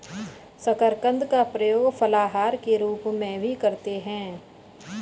शकरकंद का प्रयोग फलाहार के रूप में भी करते हैं